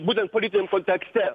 būtent politiniam kontekste